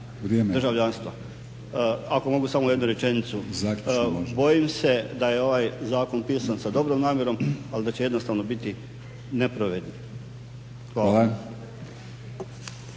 državljanstva? Ako mogu samo jednu rečenicu? Bojim se da je ovaj zakon pisan sa dobrom namjerom, ali da će jednostavno biti nepravedan.